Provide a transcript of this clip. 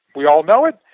we all know it,